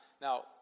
Now